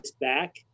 back